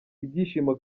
ibyishimo